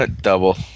Double